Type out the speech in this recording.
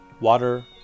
water